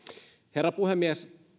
herra puhemies